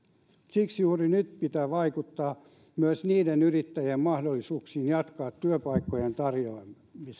siksi juuri nyt pitää vaikuttaa myös niiden yrittäjien mahdollisuuksiin jatkaa työpaikkojen tarjoamista